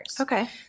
Okay